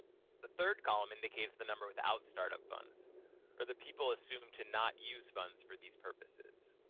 the third column indicates the number without startup funds or the people assumed to not use funds for these purposes.